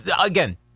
again